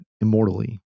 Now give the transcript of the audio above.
immortally